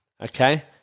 okay